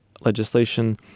legislation